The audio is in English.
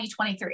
2023